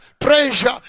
treasure